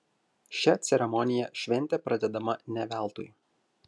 šia ceremonija šventė pradedama ne veltui